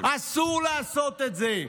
אסור לעשות את זה,